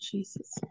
Jesus